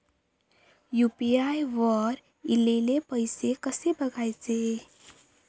UPI वर ईलेले पैसे कसे बघायचे?